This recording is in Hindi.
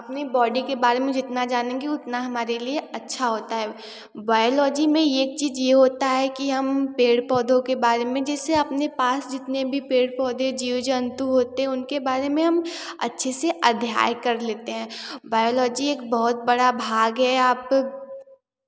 अपनी बॉडी के बारे जितना जानेंगे उतना हमारे लिए अच्छा होता है बायोलॉजी में एक चीज़ यह होता है की हम पेड़ पौधों के बारे में जैसे अपने पास जितने भी पेड़ पौधे होता है जीव जंतु होते हैं उनके बारे में हम अच्छे से अध्ययन कर लेते हैं बायोलॉजी एक बहुत बड़ा भाग है आप